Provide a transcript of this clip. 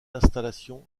installation